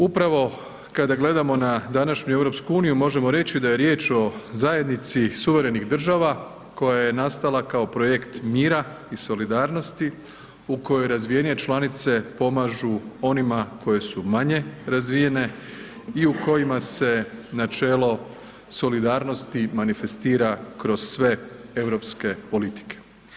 Upravo kada gledamo na današnju EU možemo reći da je riječ o zajednici suverenih država koja je nastala kao projekt mira i solidarnosti u kojoj razvijenije članice pomažu onima koje su manje razvijene i u kojima se načelo solidarnosti manifestira kroz sve europske politike.